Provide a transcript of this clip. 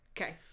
Okay